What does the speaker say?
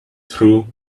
through